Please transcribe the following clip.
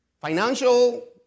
Financial